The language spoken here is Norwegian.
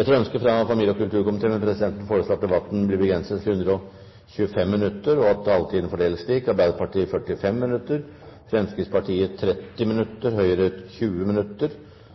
Etter ønske fra familie- og kulturkomiteen vil presidenten foreslå at debatten blir begrenset til 125 minutter, og at taletiden fordeles slik: Arbeiderpartiet 45 minutter, Fremskrittspartiet 30 minutter, Høyre 20 minutter, Sosialistisk Venstreparti 10 minutter, Senterpartiet 10 minutter, Kristelig Folkeparti 5 minutter og Venstre 5 minutter. Videre vil presidenten foreslå at det blir